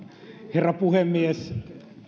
herra puhemies